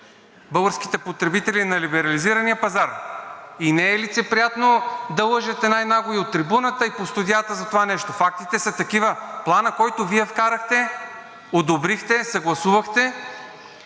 българските потребители на либерализирания пазар и не е лицеприятно да лъжете най-нагло и от трибуната, и по студията за това нещо. Фактите са такива. Планът, който Вие вкарахте, одобрихте, съгласувахте